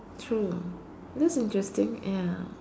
true that's interesting ya